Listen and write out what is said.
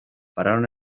pararon